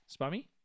Spammy